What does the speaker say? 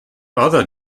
other